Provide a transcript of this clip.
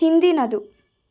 ಹಿಂದಿನದು